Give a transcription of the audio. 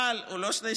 אבל הוא לא שני-שלישים.